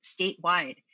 statewide